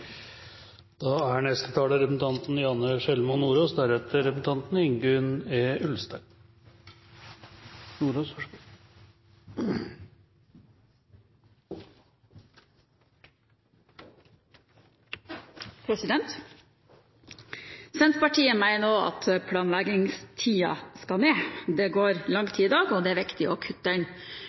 at planleggingstiden skal ned. Det går lang tid i dag, og det er viktig å kutte